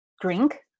drink